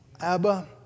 Abba